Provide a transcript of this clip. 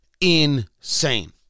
insane